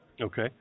Okay